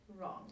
wrong